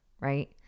right